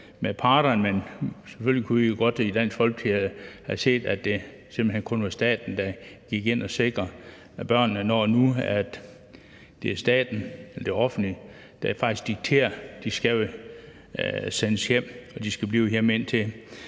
mellem parterne, men selvfølgelig havde vi i Dansk Folkeparti gerne set, at det simpelt hen kun var staten, der gik ind og sikrede det, når nu det er staten, det offentlige, der faktisk dikterer, at børnene skal sendes hjem, og at de skal blive hjemme, indtil